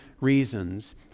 reasons